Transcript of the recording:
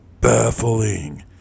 Baffling